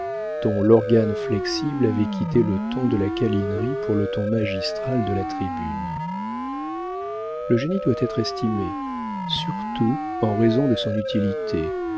dont l'organe flexible avait quitté le ton de la câlinerie pour le ton magistral de la tribune le génie doit être estimé surtout en raison de son utilité